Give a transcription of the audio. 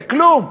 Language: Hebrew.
זה כלום.